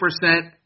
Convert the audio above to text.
percent